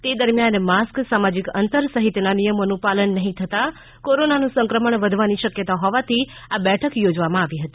તે દરમિથાન માસ્ક સામાજિક અંતર સહિતના નિયમોનું પાલન નહીં થતા કોરોનાનું સંક્રમણ વધવાની શક્યતા હોવાથી આ બેઠક ચોજવામાં આવી હતી